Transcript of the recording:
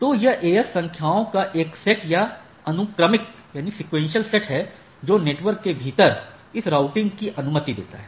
तो यह AS संख्याओं का एक सेट या अनुक्रमिक सेट है जो नेटवर्क के भीतर इस राउटिंग की अनुमति देता है